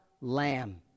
Lamb